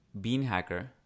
Beanhacker